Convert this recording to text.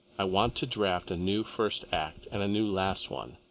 i want to draft a new first act and a new last one,